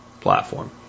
platform